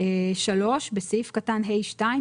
בסעיף קטן (ה)(2),